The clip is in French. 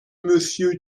monsieur